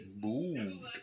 moved